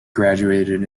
graduated